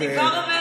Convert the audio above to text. לא מאתגר, זה בסדר.